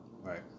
Right